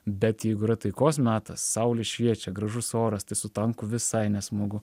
bet jeigu yra taikos metas saulė šviečia gražus oras tai su tanku visai nesmagu